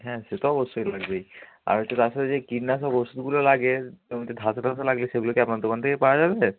হ্যাঁ সে তো অবশ্যই লাগবেই আর হচ্ছে তার সাথে যে কীটনাশক ওষুধগুলো লাগে জমিতে ধসা টসা লাগলে সেগুলো কি আপনার দোকান থেকে পাওয়া যাবে